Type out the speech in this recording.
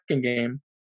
game